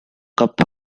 kappa